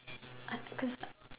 I think cause